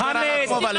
הוא דיבר על עצמו.